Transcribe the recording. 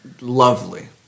lovely